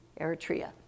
Eritrea